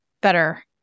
better